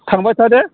थांबाय थादो